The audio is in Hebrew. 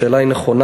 השאלה נכונה.